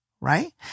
Right